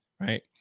right